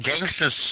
gangsters